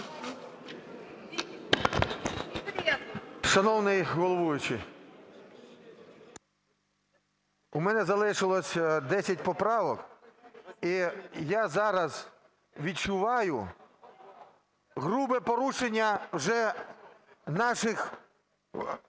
Шановний головуючий, у мене залишилося 10 поправок, і я зараз відчуваю грубе порушення вже наших